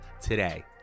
today